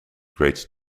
great